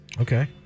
Okay